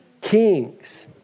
kings